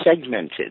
segmented